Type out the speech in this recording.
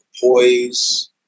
poise